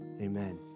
Amen